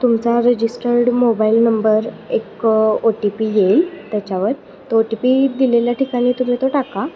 तुमचा registered mobile number एक O T P येईल त्याच्यावर तो ओ टी पी दिलेल्या ठिकाणी तुम्ही तो टाका